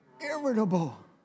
irritable